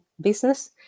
business